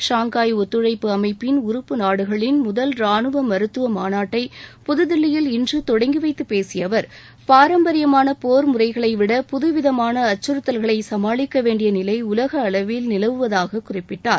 Shanghai ஒத்துழைப்பு அமைப்பின் உறுப்பு நாடுகளின் முதல் ராணுவ மருத்துவ மாநாட்டை புதுதில்லியில் இன்று தொடங்கி வைத்து பேசிய அவர் பாரம்பரியமான போர் முறைகளைவிட புதுவிதமான அச்சுறுத்தல்களை சமாளிக்க வேண்டிய நிலை உலக அளவில் நிலவுவதாகக் குறிப்பிட்டார்